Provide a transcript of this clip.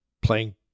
playing